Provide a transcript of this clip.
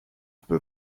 peu